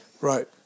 right